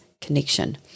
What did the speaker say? Connection